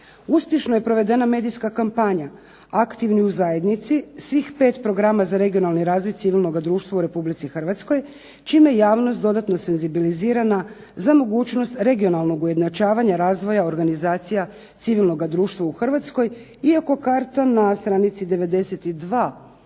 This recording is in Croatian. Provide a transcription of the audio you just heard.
Uspješno je provedena medijska kampanja, Aktivni u zajednici svih 5 programa za regionalni razvoj civilnoga društva u Republici Hrvatskoj čime je javnost dodatno senzibilizirana za mogućnost regionalnog ujednačavanja razvoja organizacija civilnog društva u Hrvatskoj, iako karta na stranici 92